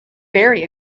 very